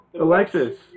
Alexis